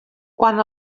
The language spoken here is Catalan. quan